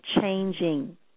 changing